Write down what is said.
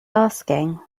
asking